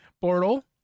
portal